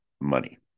money